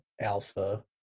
alpha